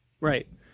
Right